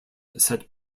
set